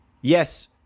yes